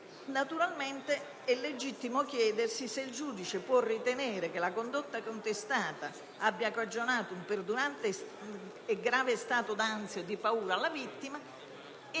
Naturalmente, è legittimo chiedersi se il giudice può ritenere che la condotta contestata abbia cagionato un perdurante e grave stato d'ansia o di paura alla vittima